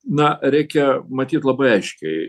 na reikia matyt labai aiškiai